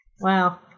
Wow